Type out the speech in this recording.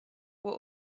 were